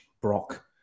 brock